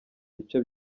bice